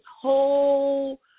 whole